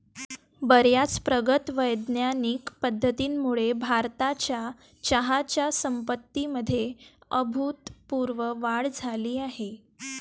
बर्याच प्रगत वैज्ञानिक पद्धतींमुळे भारताच्या चहाच्या संपत्तीमध्ये अभूतपूर्व वाढ झाली आहे